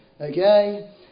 Okay